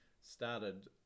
started